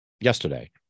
Yesterday